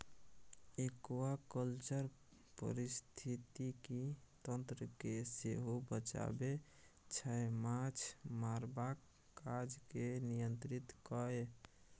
aquaculture पारिस्थितिकी तंत्र केँ सेहो बचाबै छै माछ मारबाक काज केँ नियंत्रित कए